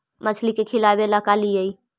मछली के खिलाबे ल का लिअइ?